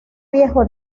viejo